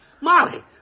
Molly